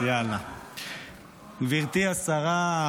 גברתי השרה,